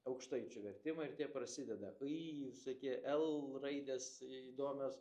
aukštaičių vertimai ir tie prasideda y visokie l raidės įdomios